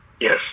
Yes